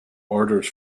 orders